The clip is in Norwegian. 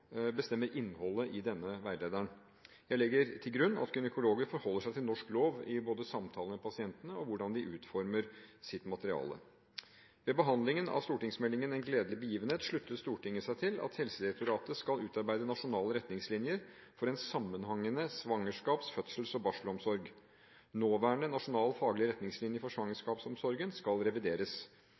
bestemmer innholdet i denne veilederen. Jeg legger til grunn at gynekologer forholder seg til norsk lov både i samtaler med pasientene og i hvordan de utformer sitt materiale. Ved behandlingen av stortingsmeldingen En gledelig begivenhet sluttet Stortinget seg til at Helsedirektoratet skal utarbeide nasjonale retningslinjer for en sammenhengende svangerskaps-, fødsels- og barselomsorg. Nåværende nasjonal faglig retningslinje for svangerskapsomsorgen skal revideres.